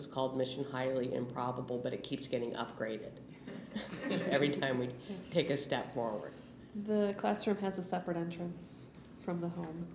is called mission highly improbable but it keeps getting upgraded every time we take a step forward the classroom has a separate entrance from the h